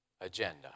agenda